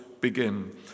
begin